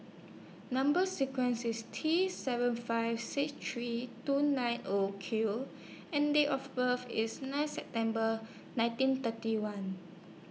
Number sequence IS T seven five six three two nine O Q and Date of birth IS nine September nineteen thirty one